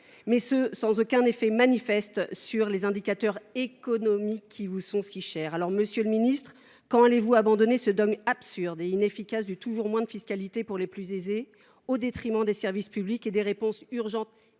mais sans aucun effet manifeste sur les indicateurs économiques qui vous sont si chers. Monsieur le ministre, quand allez vous abandonner ce dogme absurde et inefficace du « toujours moins de fiscalité pour les plus aisés », au détriment des services publics et des réponses urgentes